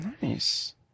Nice